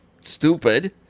stupid